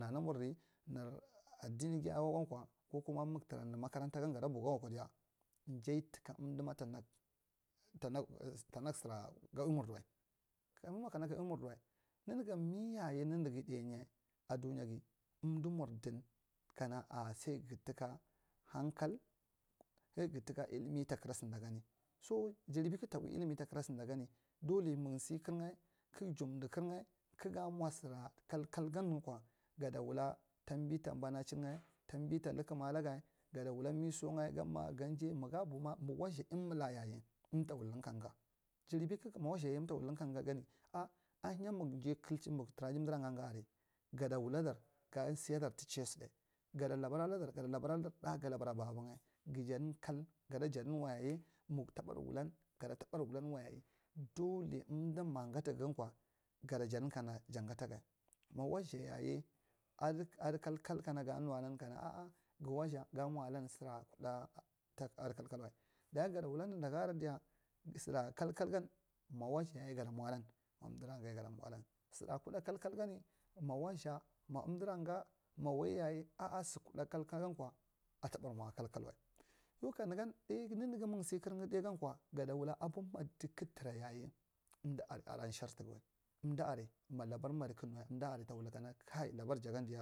Namamergɗ ma adgd akwa gankwa kukuma magarantasan gdda buwayan kwa je tuka unadima tanag tenag swa ga’ui mardiwai mimwa kana ga ui murdiwal munugd mi yayi danya adunyagd umdi murdin kana a sau gd taka hangkal sal gd tuna illmi takd va sindan dole mung si kdrnga kdk jimdi kdr nga mwa sira kalkal gdn kwa gadawula tambi tabanaan nga tamin ta legma alegd gala wala miso nga gama gajai magga bukwama ma watsha unilayayi um tawulan ka umdijirebi kegamwa watshayayi unata wala ka umdigani ha ahinya nwag ja kak mur fara aji umdira gaga are gada wula dar ga si yadar tu an ihani gada labar aladar ga labar aladar da ga labar aka baba nga gdsad kal gdda jadi wai yayu mung wala geda faba wulangaval yaya, dole umdi ma ga taga gay kwa gada jidou kana jag a taga ma watshayayal adi kalkal kana ga mi alan kana a a ga watsha ga nuwalau ga mwa alau jir adikalkal wal dayi gada wala nanda garan diya sira kalkal gdn ma watshayaye gada mwe alan ma umdirg gaya gada mwa alau sura ku ɗa kalkal gdu ma watsha ma duraga ma wai yagal a. a si kuda kalkal gdn kwa ataɓa mwa kalkal wal yau ka nengan ɗai mnigi mung sir karnga ɗai genkwa gada wula abo madiso kuk tara yayau amdi ar adi shar tigawai, umdi aras ma labar madi keg nu yayal tawul kana kai labar jagdu daya.